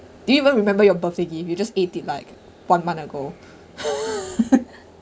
do you even remember your birthday gift you just eat it like one month ago